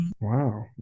Wow